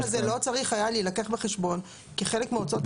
האם הדבר הזה לא היה צריך להילקח בחשבון כחלק מהוצאות ההקמה